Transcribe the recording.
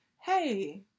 Hey